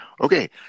Okay